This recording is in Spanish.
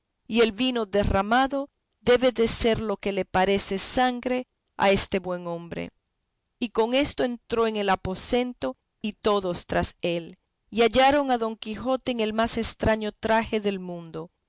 y el vino derramado debe de ser lo que le parece sangre a este buen hombre y con esto entró en el aposento y todos tras él y hallaron a don quijote en el más estraño traje del mundo